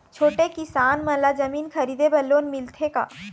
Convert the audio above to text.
छोटे किसान मन ला जमीन खरीदे बर लोन मिलथे का?